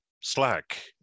Slack